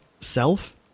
self